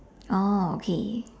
oh okay